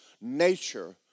nature